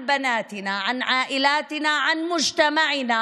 בנותינו, המשפחות